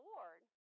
Lord